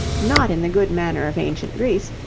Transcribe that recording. not in the good manner of ancient greece,